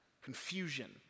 confusion